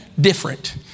different